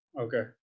okay